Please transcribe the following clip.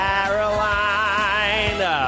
Caroline